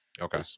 okay